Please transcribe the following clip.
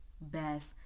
best